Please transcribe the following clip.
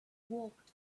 walked